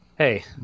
Hey